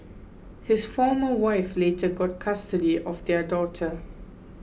his former wife later got custody of their daughter